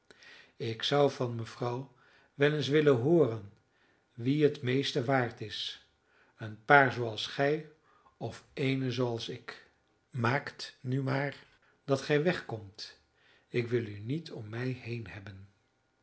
ik zou van mevrouw wel eens willen hooren wie het meeste waard is een paar zooals gij of ééne zooals ik maakt nu maar dat gij wegkomt ik wil u niet om mij heen hebben